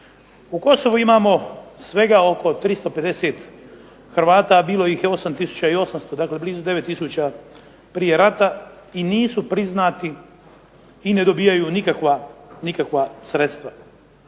U Kosovu imamo svega oko 350 Hrvata, a bilo ih je 8 tisuća i 800, dakle blizu 9 tisuća prije rata i nisu priznati i ne dobivaju nikakva sredstva.